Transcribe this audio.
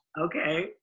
Okay